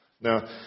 Now